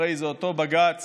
הרי זה אותו בג"ץ